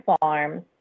farms